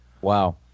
Wow